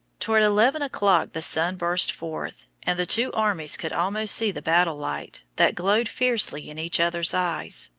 toward eleven o'clock the sun burst forth, and the two armies could almost see the battle-light that glowed fiercely in each other's eyes.